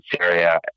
Syria